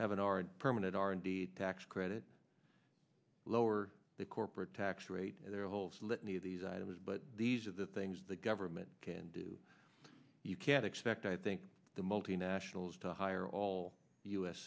have an r permanent r and d tax credit lower the corporate tax rate there are a whole litany of these items but these are the things that government can do you can't expect i think the multinationals to hire all u